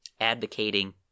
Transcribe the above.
advocating